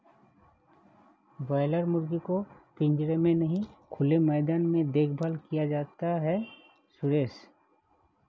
boiler मुर्गी को पिंजरे में नहीं खुले मैदान में देखभाल किया जाता है सुरेश